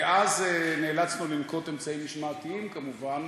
ואז נאלצנו לנקוט אמצעים משמעתיים כמובן